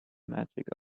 magic